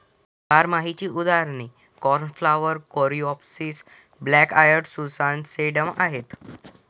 बारमाहीची उदाहरणे cornflower, coreopsis, black eyed Susan, sedum आहेत